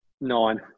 Nine